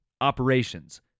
operations